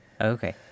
Okay